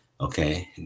Okay